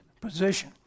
position